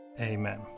Amen